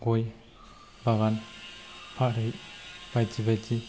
गय बागान फाथै बायदि बायदि